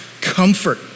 comfort